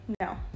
No